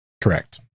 Correct